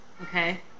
okay